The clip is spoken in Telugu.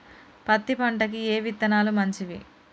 పత్తి పంటకి ఏ విత్తనాలు మంచివి?